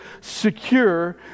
secure